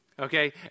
Okay